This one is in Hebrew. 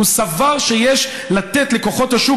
הוא סבר שיש לתת לכוחות השוק,